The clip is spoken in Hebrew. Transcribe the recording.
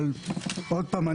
אבל עוד פעם,